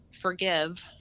forgive